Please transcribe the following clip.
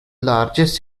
largest